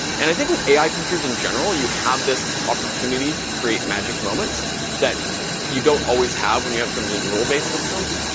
and i think with ai features in general, you have this opportunity to create magic moments that you don't always have when you have sort of just role-based systems.